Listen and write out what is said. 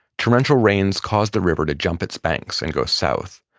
torrential rains caused the river to jump its banks and go south.